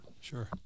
Sure